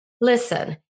Listen